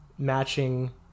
matching